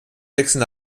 wechsel